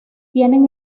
tienen